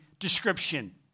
Description